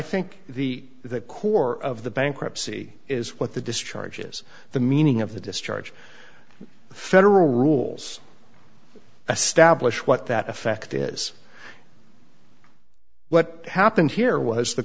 think the core of the bankruptcy is what the discharges the meaning of the discharge federal rules established what that effect is what happened here was the